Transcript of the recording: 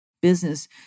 business